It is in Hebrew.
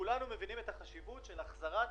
כולנו מבינים את החשיבות של החזרת